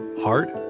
heart